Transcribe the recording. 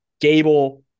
Gable